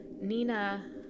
Nina